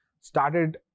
started